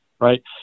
right